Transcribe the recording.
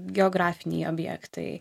geografiniai objektai